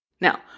Now